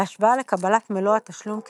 בהשוואה לקבלת מלוא התשלום כשכיר.